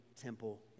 temple